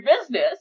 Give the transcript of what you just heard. business